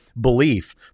belief